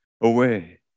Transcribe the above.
away